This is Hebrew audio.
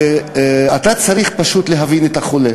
שאתה צריך פשוט להבין את החולה